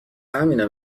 همینم